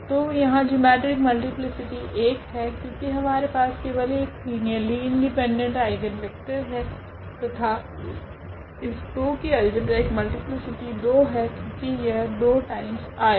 तो यहाँ geometric multiplicity 1 है क्योकि हमारे पास केवल एक लीनियरली इंडिपेंडेंट आइगनवेक्टर है तथा इस 2 की अल्जेब्रिक मल्टीप्लीसिटी 2 है क्योकि यह 2 टाइम्स आया है